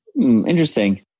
Interesting